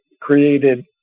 created